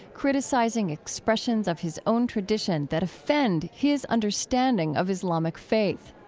criticizing expressions of his own tradition that offend his understanding of islamic faith.